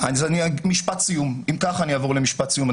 אם כך אעבור למשפט סיום,